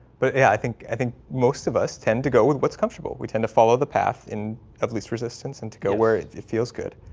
but yeah i think i think most of us tend to go with what's comfortable we tend to follow the path in of least resistance and to go where it it feels good.